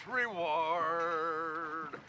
reward